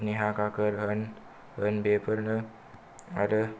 नेहा काकार होन बेफोरनो आरो